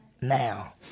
now